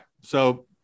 so-